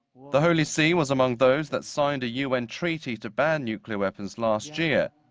the holy see was among those that signed a un treaty to ban nuclear weapons last year.